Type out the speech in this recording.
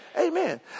Amen